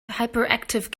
hyperactive